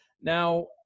Now